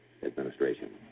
administration